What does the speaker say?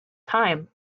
time